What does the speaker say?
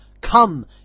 Come